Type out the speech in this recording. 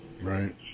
Right